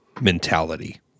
mentality